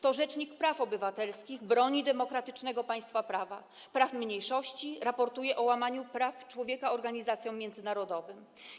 To rzecznik praw obywatelskich broni demokratycznego państwa prawa, praw mniejszości, raportuje o łamaniu praw człowieka organizacjom międzynarodowym.